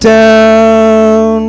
down